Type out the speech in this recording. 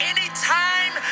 Anytime